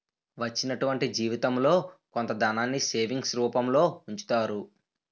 వచ్చినటువంటి జీవితంలో కొంత ధనాన్ని సేవింగ్స్ రూపంలో ఉంచుతారు